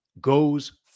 goes